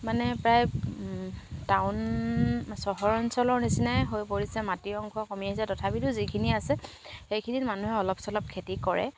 মানে প্ৰায় টাউন চহৰ অঞ্চলৰ নিচিনাই হৈ পৰিছে মাটিৰ অংশ কমি আহিছে তথাপিতো যিখিনি আছে সেইখিনিত মানুহে অলপ চলপ খেতি কৰে